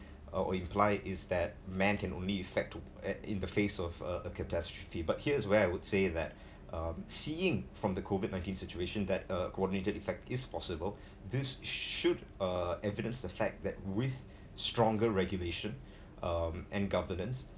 imply is that man can only effect to uh in the face of a catastrophe but here's where I would say that um seeing from the COVID nineteen situation that a coordinated effect is possible this should uh evidence affect that with stronger regulation um and governance